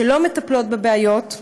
שלא מטפלות בבעיות.